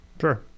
Sure